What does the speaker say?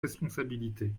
responsabilités